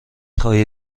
خواهی